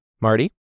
Marty